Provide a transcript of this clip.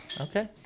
Okay